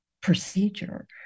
procedure